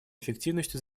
эффективностью